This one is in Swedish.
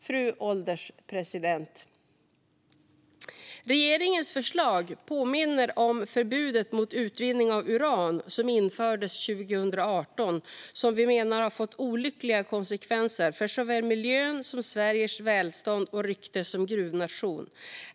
Fru ålderspresident! Regeringens förslag påminner om förbudet mot utvinning av uran som infördes 2018 och som vi menar har fått olyckliga konsekvenser för såväl miljön som för Sveriges välstånd och rykte som gruvnation.